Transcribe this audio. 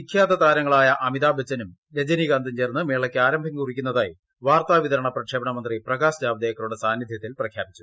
വിഖ്യാത താരങ്ങളായ അമിതാഭ് ബച്ചനും രജനീകാന്തും ചേർന്ന് മേളയ്ക്ക് ആരംഭം കുറിയ്ക്കുന്നതായി വാർത്താവിതരണ പ്രക്ഷേപണ മന്ത്രി പ്രകാശ് ജാവ്ദേക്കറുടെ സാന്നിധൃത്തിൽ പ്രഖ്യാപിച്ചു